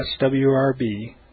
swrb